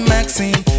Maxine